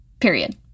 period